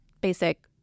basic